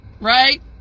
right